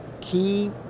key